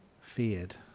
Feared